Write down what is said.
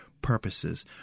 purposes